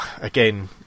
again